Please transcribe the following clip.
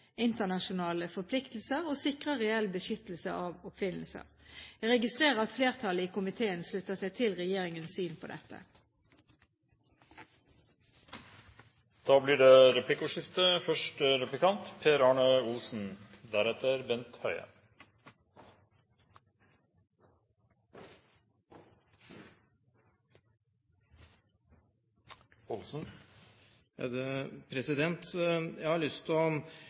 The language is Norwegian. internasjonale forpliktelser og sikrer reell beskyttelse av oppfinnelser. Jeg registrerer at flertallet i komiteen slutter seg til regjeringens syn på dette. Det blir replikkordskifte. Jeg har lyst til å forfølge spørsmålet om utprøvende medisin litt til. Jeg